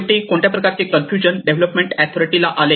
शेवटी कोणत्या प्रकारचे कन्फ्युजन डेव्हलपमेंट एथॉरिटी ला आले